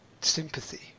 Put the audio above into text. sympathy